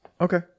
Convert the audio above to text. Okay